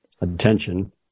attention